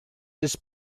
his